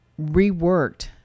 reworked